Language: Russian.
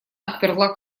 отперла